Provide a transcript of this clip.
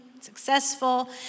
successful